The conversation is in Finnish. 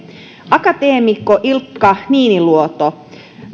akateemikko ilkka niiniluoto